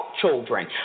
children